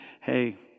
hey